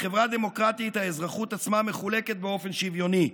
בחברה דמוקרטית האזרחות עצמה מחולקת באופן שוויוני.